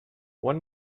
one